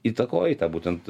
įtakoja į tą būtent